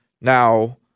now